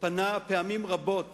פנה פעמים רבות